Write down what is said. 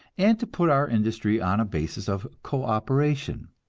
and to put our industry on a basis of co-operation.